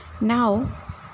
Now